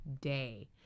day